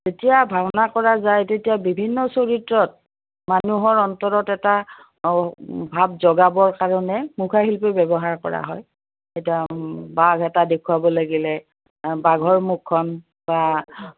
যেতিয়া ভাওনা কৰা যায় তেতিয়া বিভিন্ন চৰিত্ৰত মানুহৰ অন্তৰত এটা ভাৱ জগাবৰ কাৰণে মুখা শিল্পী ব্যৱহাৰ কৰা হয় এতিয়া বাঁঘ এটা দেখুৱাব লাগিলে বাঘৰ মুখখন বা